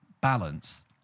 balance